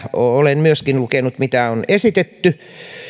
olen myöskin lukenut että sitä on esitetty